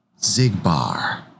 Zigbar